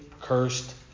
cursed